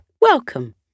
Welcome